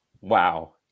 Wow